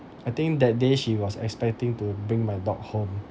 I think that day she was expecting to bring my dog home